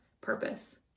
purpose